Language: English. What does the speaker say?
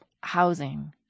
housing